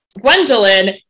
Gwendolyn